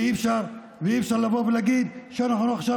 ואי-אפשר לבוא ולהגיד שאנחנו עכשיו